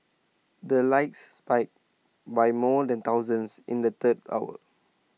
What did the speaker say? the likes spiked by more than thousands in the third hour